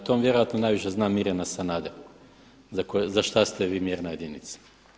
O tome vjerojatno najviše zna Mirjana Sanader za šta ste vi mjerna jedinica.